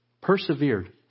persevered